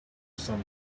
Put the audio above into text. some